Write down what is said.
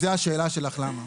אם זאת השאלה שלך למה.